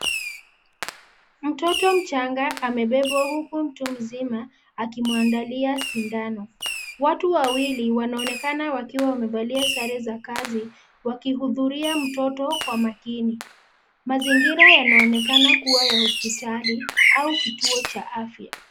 Mtoto mchanga amebebwa huku mtu mzima, akimwandalia sindano, watu wawili wanaonekana wakiwa wamevalia sare za kazi, wakihudhuria mtoto kwa makini, mazingira yanaonekana kuwa ya hospitali, au kituo cha afya.